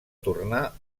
tornar